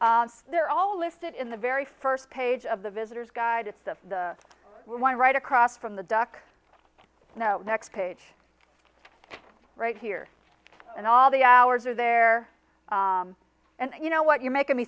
they're all listed in the very first page of the visitor's guide at the the one right across from the duck snow next page right here and all the hours are there and you know what you're making me